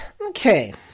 Okay